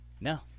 No